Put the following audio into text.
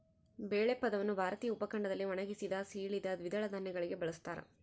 ಬೇಳೆ ಪದವನ್ನು ಭಾರತೀಯ ಉಪಖಂಡದಲ್ಲಿ ಒಣಗಿಸಿದ, ಸೀಳಿದ ದ್ವಿದಳ ಧಾನ್ಯಗಳಿಗೆ ಬಳಸ್ತಾರ